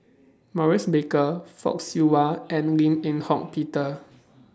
Maurice Baker Fock Siew Wah and Lim Eng Home Peter